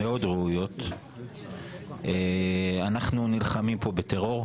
אנחנו נלחמים פה בטרור,